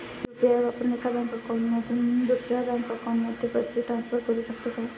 UPI वापरून एका bank account मधून दुसऱ्या बँक अकाउंटमध्ये पैसे ट्रान्सफर करू शकतो का?